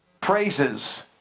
praises